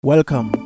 Welcome